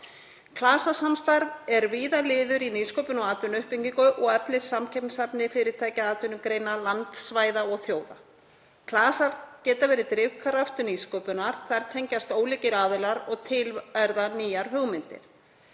Klasasamstarf er víða liður í nýsköpun og atvinnuuppbyggingu og eflir samkeppnishæfni fyrirtækja, atvinnugreina, landsvæða og þjóða. Klasar geta verið drifkraftur nýsköpunar. Þar tengjast ólíkir aðilar og til verða nýjar hugmyndir.